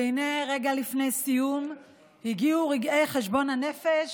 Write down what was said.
הינה, רגע לפני סיום הגיעו רגעי חשבון הנפש